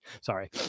Sorry